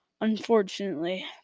unfortunately